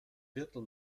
viertel